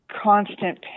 constant